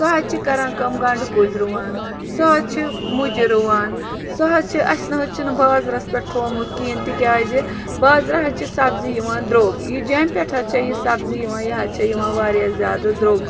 سُہ حظ چھِ کَران کٲم گَنٛڈٕ کُلۍ رُوان سُہ حظ چھِ مُجہِ رُوان سُہ حظ چھِ اَسہِ نہ حظ چھِنہٕ بازرَس پٮ۪ٹھ تھومُت کِہیٖنۍ تِکیٛازِ بازرٕ حظ چھِ سبزی یِوان درٛوگ یہِ جٮ۪مہِ پٮ۪ٹھ حظ چھِ یہِ سبزی یِوان یہِ حظ چھِ یِوان واریاہ زیادٕ درٛوٚگ